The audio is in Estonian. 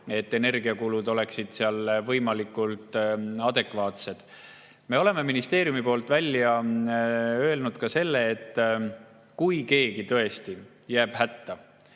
et energiakulud oleksid võimalikult adekvaatsed. Me oleme ministeeriumi poolt välja öelnud ka selle, et kui keegi tõesti jääb hätta,